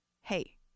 hey